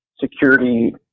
security